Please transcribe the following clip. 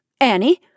Annie